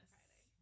Friday